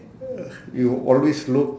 uh you'll always look